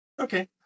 Okay